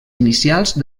inicials